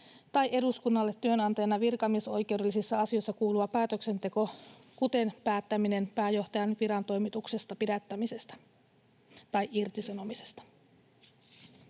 tai eduskunnalle työnantajana virkamiesoikeudellisissa asioissa kuuluva päätöksenteko, kuten päättäminen pääjohtajan virantoimituksesta pidättämisestä tai irtisanomisesta.